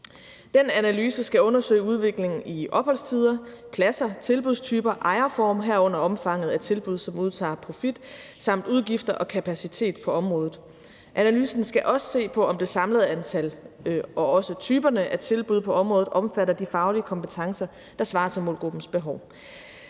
Den analyse skal understøtte udviklingen i opholdstider, pladser, tilbudstyper, ejerformer, herunder omfanget af tilbud, som udtager profit, samt udgifter og kapacitet på området. Analysen skal også se på, om det samlede antal og også typerne af tilbud på området omfatter de faglige kompetencer, der svarer til målgruppens behov.